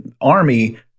army